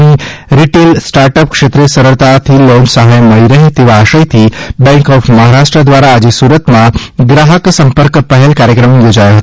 ઈ retail startup ક્ષેત્રે સરળતાથી loan સહાય મળી રહે તેવા આશયથી બેંક ઓફ મહારાષ્ટ્ર દ્વારા આજે સુરતમાં ગ્રાહક સંપર્ક પહેલ કાર્યક્રમ યોજાયો હતો